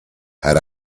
had